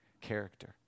character